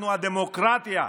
אנחנו הדמוקרטיה,